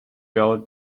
girl